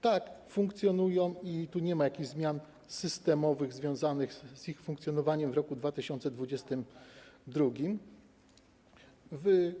Tak, funkcjonują i nie ma jakichś zmian systemowych związanych z ich funkcjonowaniem w roku 2022.